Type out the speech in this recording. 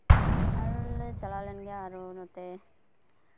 ᱟᱨ ᱞᱮ ᱪᱟᱞᱟᱣ ᱞᱮᱱ ᱜᱮᱭᱟ ᱟᱨᱚ ᱱᱚᱛᱮ